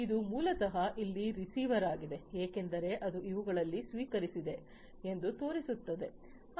ಆದ್ದರಿಂದ ಇದು ಮೂಲತಃ ಇಲ್ಲಿ ರಿಸೀವರ್ ಆಗಿದೆ ಏಕೆಂದರೆ ಇದು ಇವುಗಳನ್ನು ಸ್ವೀಕರಿಸಿದೆ ಎಂದು ತೋರಿಸುತ್ತದೆ